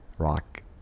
rock